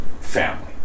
family